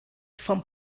vom